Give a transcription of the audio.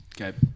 Okay